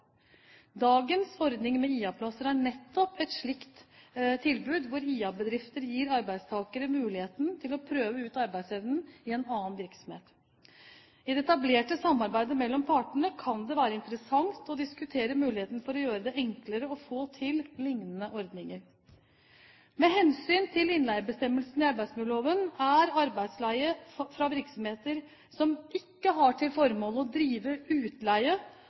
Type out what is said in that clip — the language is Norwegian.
Dagens ordning med IA-plasser er nettopp et slikt tilbud, hvor IA-bedrifter gir arbeidstakere muligheten til å prøve ut arbeidsevnen i en annen virksomhet. I det etablerte samarbeidet mellom partene kan det være interessant å diskutere mulighetene for å gjøre det enklere å få til lignende ordninger. Med hensyn til innleiebestemmelsene i arbeidsmiljøloven er arbeidsleie fra virksomheter som ikke har til formål å drive utleie,